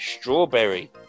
strawberry